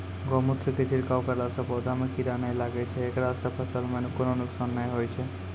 गोमुत्र के छिड़काव करला से पौधा मे कीड़ा नैय लागै छै ऐकरा से फसल मे कोनो नुकसान नैय होय छै?